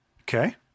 okay